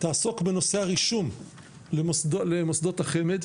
תעסוק בנושא הרישום למוסדות החמ"ד,